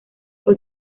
fue